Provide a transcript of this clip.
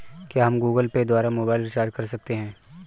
क्या हम Google Pay द्वारा मोबाइल रिचार्ज कर सकते हैं?